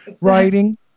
writing